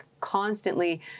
Constantly